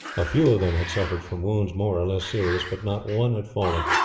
a few of them had suffered from wounds more or less serious, but not one had fallen.